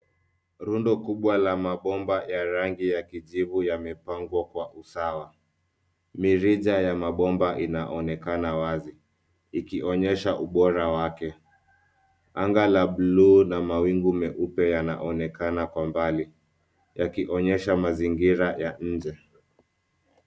Rundo kubwa la mabomba ya rangi ya kijivu yamepangwa kwa usawa. Mirija ya mabomba inaonekana wazi, ikionyesha ubora wake. Anga la buluu na mawingu meupe yanaonekana kwa mbali, yakionyesha mazingira ya nje.